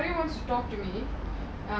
asali wants to talk to me